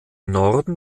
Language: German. norden